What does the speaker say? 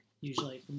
usually